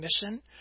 mission